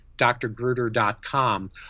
drgruder.com